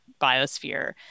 biosphere